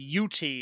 UT